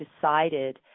decided